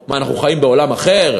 מה, אנחנו חיים בעולם אחר?